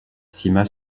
sima